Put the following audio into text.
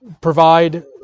provide